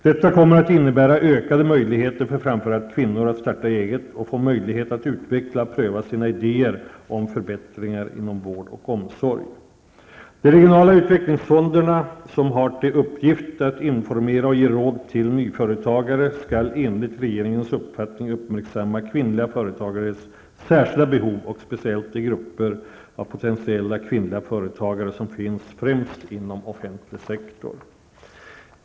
Detta kommer att innebära ökade möjligheter för framför allt kvinnor att starta eget och får möjlighet att utveckla och pröva sina idéer om förbättringar inom vård och omsorg. De regionala utvecklingsfonderna, som har till uppgift att informera och ge råd till nyföretagare, skall enligt regeringens uppfattning uppmärksamma kvinnliga företagares särskilda behov och speciellt de grupper av potentiella kvinnliga företagare som finns främst inom offentlig sektor.